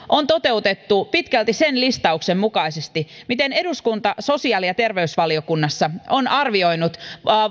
on toteutettu pitkälti sen listauksen mukaisesti miten eduskunta sosiaali ja terveysvaliokunnassa on arvioinut